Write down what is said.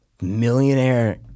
millionaire